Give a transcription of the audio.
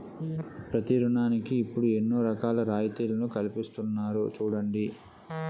ప్రతి ఋణానికి ఇప్పుడు ఎన్నో రకాల రాయితీలను కల్పిస్తున్నారు చూడండి